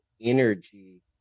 energy